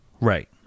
right